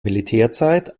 militärzeit